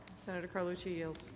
senator carlucci yields.